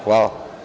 Hvala.